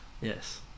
Yes